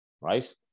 right